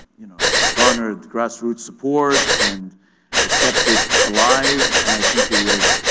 you know it garnered grassroot support and it kept it alive and i think it would have,